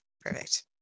perfect